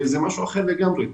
זה משהו אחר לגמרי.